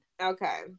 Okay